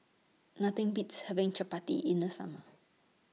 Nothing Beats having Chappati in The Summer